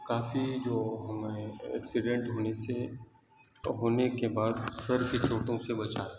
کافی جو ہمیں ایکسیڈینٹ ہونے سے ہونے کے بعد سر کی چوٹوں سے بچاتا ہے